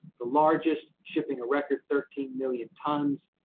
the largest, shipping a record thirteen million tons.